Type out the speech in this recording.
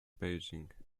paging